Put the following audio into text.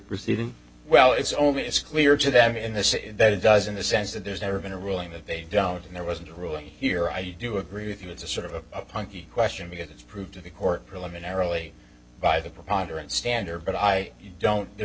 proceeding well it's only it's clear to them in this in that it does in the sense that there's never been a ruling that they don't and there wasn't a ruling here i do agree with you it's a sort of a punky question because it's proved to the court preliminarily by the preponderance standard but i don't there